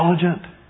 intelligent